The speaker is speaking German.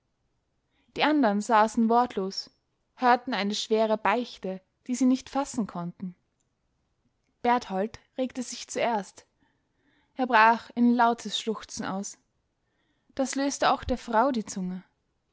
die andern saßen wortlos hörten eine schwere beichte die sie nicht fassen konnten berthold regte sich zuerst er brach in lautes schluchzen aus das löste auch der frau die zunge